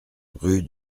rue